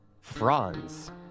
franz